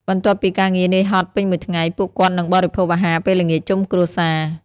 បន្ទាប់ពីការងារនឿយហត់ពេញមួយថ្ងៃ ពួកគាត់នឹងបរិភោគអាហារពេលល្ងាចជុំគ្រួសារ។